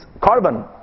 carbon